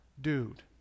dude